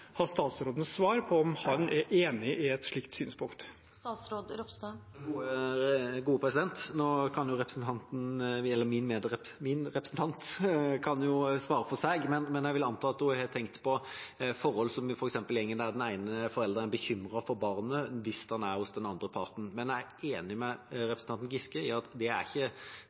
svar på om han er enig i et slikt synspunkt. Nå kan min partifelle svare for seg, men jeg vil anta at hun har tenkt på forhold som går på at den ene forelderen er bekymret for barnet hvis barnet er hos den andre parten. Men jeg er enig med representanten Giske i at det ikke er